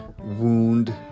wound